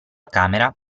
camera